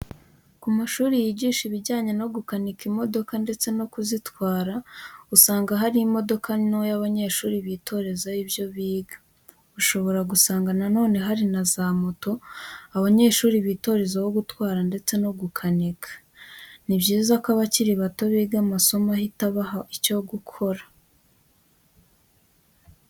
Ku mashuri yigisha ibijyanye no gukanika imodoka ndetse no kuzitwara usanga hari imodoka ntoya abanyeshuri bitorezaho ibyo biga. Ushobora gusanga na none hari za moto abanyeshuri bitorezaho gutwara ndetse no gukanika. Ni byiza ko abakiri bato biga amasomo ahita abaha icyo gukora.